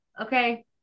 okay